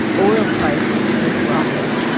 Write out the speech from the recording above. oil prices were dropping.